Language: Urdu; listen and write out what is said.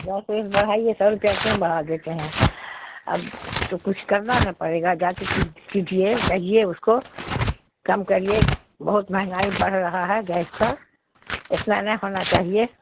دس ویس بڑھائیے سو روپیہ کیوں بڑھا دیتے ہیں اب تو کچھ کرنا نا پڑے گا جا کے کیجیے کہیے اس کو کم کریے بہت مہنگائی بڑھ رہا ہے گیس کا اتنا نے ہونا چاہیے